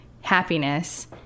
happiness